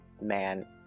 man